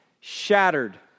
shattered